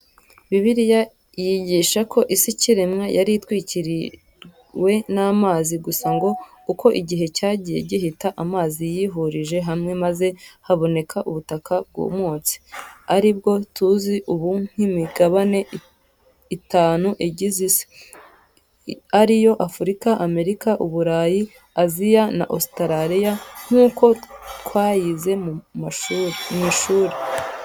Bibiliya yigisha ko isi ikiremwa yari itwikiriwe n'amazi, gusa ngo uko igihe cyagiye gihita, amazi yihurije hamwe maze haboneka ubutaka bwumutse, aribwo tuzi ubu nk'imigabane itanu igize isi, ariyo: Afurika, Amerika, Uburayi, Aziya na Ositarariya nk'uko twayize mu ishuri.